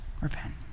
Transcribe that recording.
repent